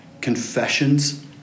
confessions